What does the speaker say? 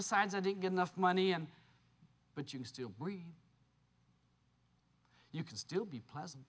besides i didn't get enough money and but you still you can still be pleasant